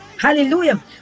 Hallelujah